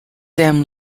them